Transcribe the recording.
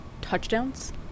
touchdowns